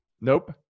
Nope